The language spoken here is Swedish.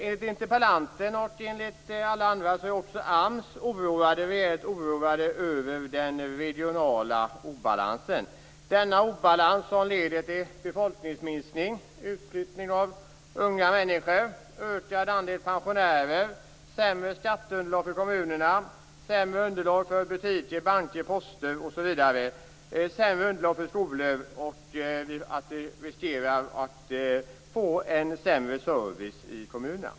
Enligt interpellanten och alla andra är man också i AMS oroad över den regionala obalansen, som leder till befolkningsminskning, utflyttning av unga människor, ökad andel pensionärer, sämre skatteunderlag för kommunerna, sämre underlag för butiker, banker, post, skolor. Vi riskerar att få en sämre service i kommunerna.